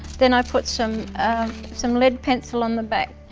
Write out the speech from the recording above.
then i put some some lead pencil on the back.